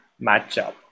matchup